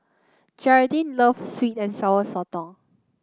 Geralyn love sweet and Sour Sotong